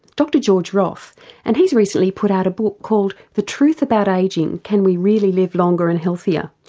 dr george roth and he's recently put out a book called the truth about aging, can we really live longer and healthier?